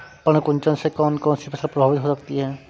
पर्ण कुंचन से कौन कौन सी फसल प्रभावित हो सकती है?